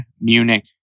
Munich